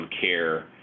care